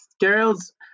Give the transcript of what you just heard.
Girls